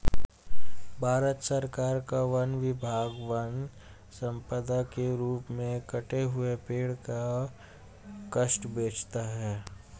भारत सरकार का वन विभाग वन सम्पदा के रूप में कटे हुए पेड़ का काष्ठ बेचता है